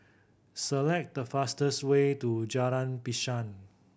select the fastest way to Jalan Pisang